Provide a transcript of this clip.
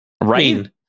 right